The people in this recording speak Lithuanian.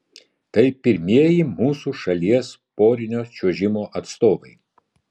tai pirmieji mūsų šalies porinio čiuožimo atstovai